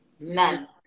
None